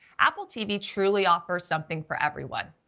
apple tv truly offers something for everyone.